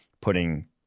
putting